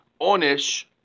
onish